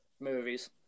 movies